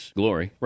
glory